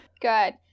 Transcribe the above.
good